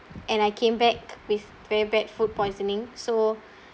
and I came back with very bad food poisoning so